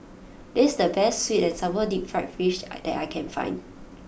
this is the best Sweet and Sour Deep Fried Fish that I can find